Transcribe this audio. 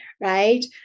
right